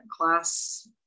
class